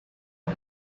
for